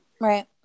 Right